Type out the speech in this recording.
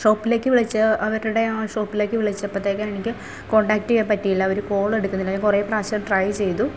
ഷോപ്പിലേക്ക് വിളിച്ച് അവരുടെ ആ ഷോപ്പിലേക്ക് വിളിച്ചപ്പോഴത്തേക്ക് എനിക്ക് കോൺടാക്റ്റ് ചെയ്യാൻ പറ്റിയില്ല അവർ കോൾ എടുക്കുന്നില്ല ഞാൻ കുറേ പ്രാവശ്യം ട്രൈ ചെയ്തു